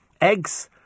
Eggs